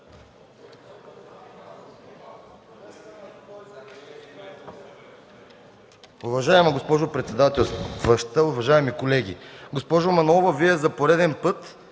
Уважаема госпожо председател, уважаеми колеги! Госпожо Манолова, Вие за пореден път,